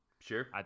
Sure